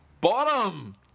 Bottom